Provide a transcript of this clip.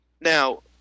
Now